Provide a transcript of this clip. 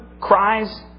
cries